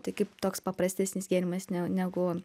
tai kaip toks paprastesnis gėrimas ne negu